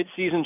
midseason